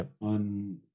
on